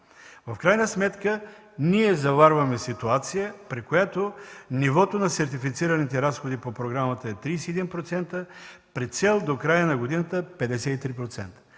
В крайна сметка ние заварваме ситуация, при която нивото на сертифицираните разходи по програмата е 31%, при цел до края на годината 53%.